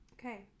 Okay